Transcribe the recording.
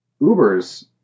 Uber's